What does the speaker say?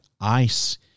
ice